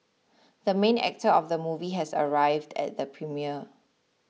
the main actor of the movie has arrived at the premiere